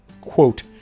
quote